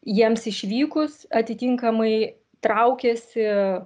jiems išvykus atitinkamai traukiasi